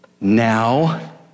Now